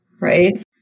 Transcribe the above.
right